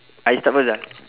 I start first ah